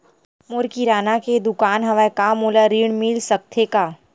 मोर किराना के दुकान हवय का मोला ऋण मिल सकथे का?